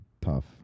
tough